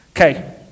Okay